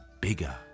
bigger